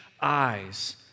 eyes